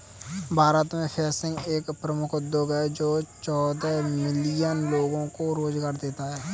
भारत में फिशिंग एक प्रमुख उद्योग है जो चौदह मिलियन लोगों को रोजगार देता है